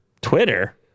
Twitter